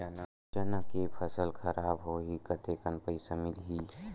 चना के फसल खराब होही कतेकन पईसा मिलही?